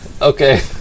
Okay